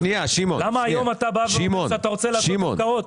למה היום אתה אומר שאתה רוצה לעשות הפקעות,